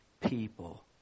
people